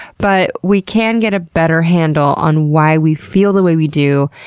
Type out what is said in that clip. but we can get ah better handle on why we feel the way we do,